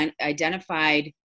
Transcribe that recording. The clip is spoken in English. identified